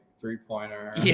three-pointer